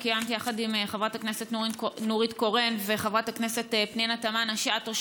שקיימתי יחד עם חברת הכנסת נורית קורן וחברת הכנסת פנינה תמנו שטה.